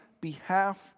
behalf